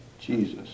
Jesus